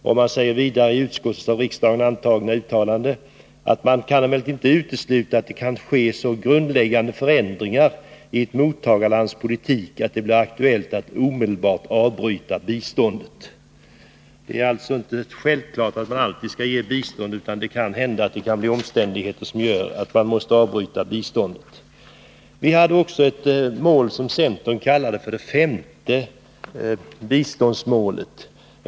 Det sägs vidare i utskottets av riksdagen antagna uttalande: Man kan emellertid inte utesluta att det kan ske så grundläggande förändringar i ett mottagarlands politik att det är aktuellt att omedelbart avbryta biståndet. Det är alltså inte självklart att man alltid skall ge bistånd, utan det kan hända att omständigheterna gör att man måste avbryta biståndet. Vi hade i centern också ett mål som vi kallade för det femte biståndsmålet.